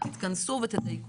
תודה רבה.